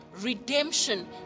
redemption